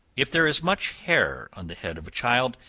if there is much hair on the head of a child,